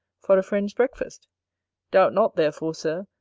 for a friend's breakfast doubt not therefore, sir,